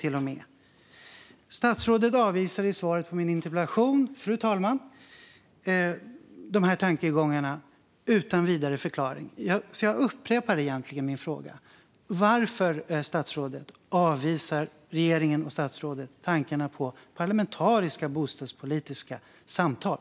Fru talman! Statsrådet avvisar i svaret på min interpellation de här tankegångarna utan vidare förklaring. Jag upprepar därför min fråga: Varför avvisar regeringen och statsrådet tankarna på parlamentariska bostadspolitiska samtal?